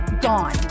gone